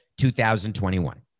2021